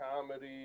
comedy